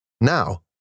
Now